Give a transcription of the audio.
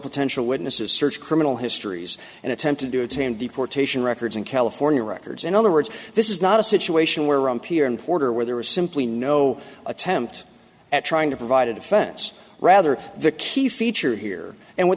potential witnesses search criminal histories and attempted to attain deportation records and california records in other words this is not a situation where n p r importer where there was simply no attempt at trying to provide a defense rather the key feature here and what